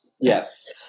Yes